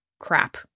crap